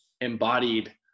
embodied